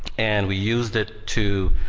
and we used it to